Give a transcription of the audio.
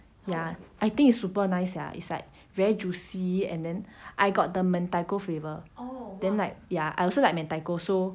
ya I think is super nice ah it's like very juicy and then I got the mentaiko flavour oh then like ya I also like mentaiko so